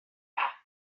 bag